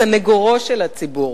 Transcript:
סניגורו של הציבור.